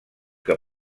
que